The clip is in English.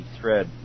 thread